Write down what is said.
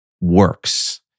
works